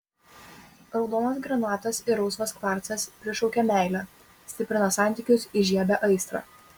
raudonas granatas ar rausvas kvarcas prišaukia meilę stiprina santykius įžiebia aistrą